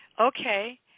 Okay